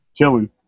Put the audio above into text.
Chilling